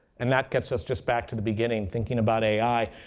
and that gets us just back to the beginning thinking about ai.